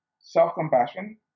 Self-compassion